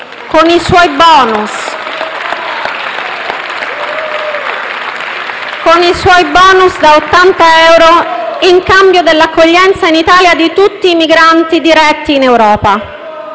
con i suoi *bonus* da 80 euro, in cambio dell'accoglienza in Italia di tutti i migranti diretti in Europa.